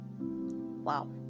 Wow